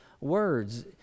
words